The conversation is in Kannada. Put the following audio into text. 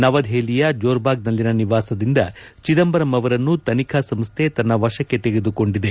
ನವದೆಹಲಿಯ ಜೋರ್ಬಾಗ್ನಲ್ಲಿನ ನಿವಾಸದಿಂದ ಚಿದಂಬರಂ ಅವರನ್ನು ತನಿಖಾ ಸಂಸ್ಥೆ ತನ್ನ ವಶಕ್ಕೆ ತೆಗೆದುಕೊಂಡಿದೆ